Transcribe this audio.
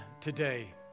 today